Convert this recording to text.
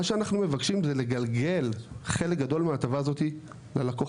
שאנחנו מבקשים זה לגלגל חלק גדול מההטבה הזאת ללקוחות.